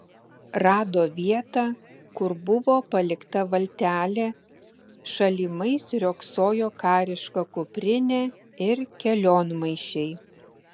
rado vietą kur buvo palikta valtelė šalimais riogsojo kariška kuprinė ir kelionmaišiai